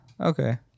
Okay